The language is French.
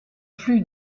plus